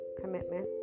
commitment